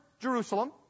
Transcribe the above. Jerusalem